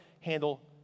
handle